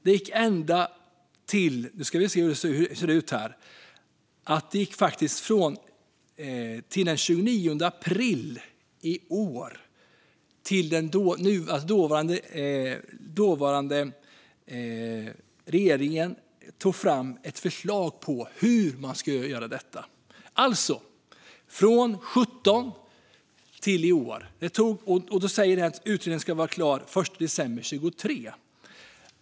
Det gick ända fram till den 29 april i år innan den dåvarande regeringen tog fram ett förslag på hur man skulle göra detta - från 2017 till i år. Nu säger man att utredningen ska vara klar den 1 december 2023.